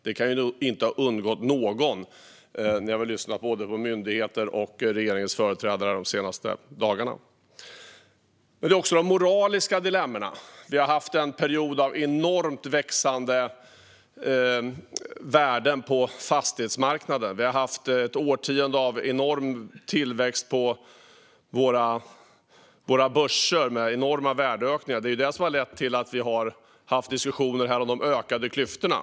Det kan inte ha undgått någon som har lyssnat på myndigheter och regeringsföreträdare de senaste dagarna. Det finns också moraliska dilemman. Vi har haft en period av enormt växande värden på fastighetsmarknaden. Vi har haft ett årtionde av enorm tillväxt på våra börser med enorma värdeökningar, vilket har lett till att vi har haft diskussioner om de ökade klyftorna.